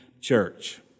church